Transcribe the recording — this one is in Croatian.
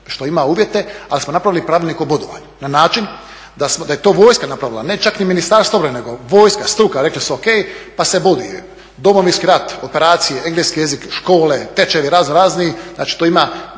što ima uvijete, ali smo napravili pravilnik o bodovanju na način da je to vojska napravila, ne čak ni Ministarstvo obrane, nego vojska, struka. Rekli su ok, pa se boduje Domovinski rat, operacije, engleski jezik, škole, tečajevi razno razni, znači to ima